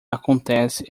acontece